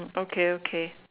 okay okay